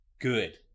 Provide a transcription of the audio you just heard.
good